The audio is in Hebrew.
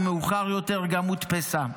ומאוחר יותר גם הודפסה.